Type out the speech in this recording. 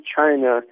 China